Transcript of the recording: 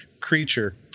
creature